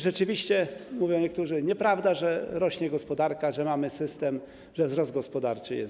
Rzeczywiście mówią niektórzy: nieprawda, że rośnie gospodarka, że mamy system, że wzrost gospodarczy jest.